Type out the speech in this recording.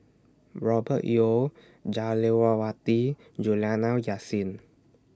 Robert Yeo Jah Lelawati Juliana Yasin